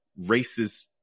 racist